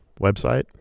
website